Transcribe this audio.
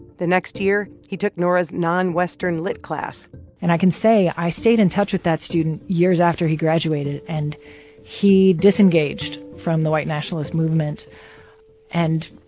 the next year, he took nora's non-western lit class and i can say i stayed in touch with that student years after he graduated, and he disengaged from the white nationalist movement and,